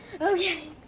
Okay